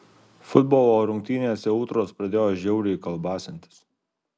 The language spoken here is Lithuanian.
futbolo rungtynėse ultros pradėjo žiauriai kalbasintis